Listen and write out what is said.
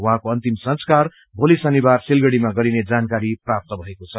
उहाँको अन्तिम संसकार भोली शनिवार सिलगढ़ीमा गरिने जानकारी प्राप्त भएको छ